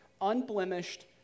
unblemished